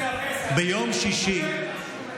אני לא יכול לדבר, אדוני.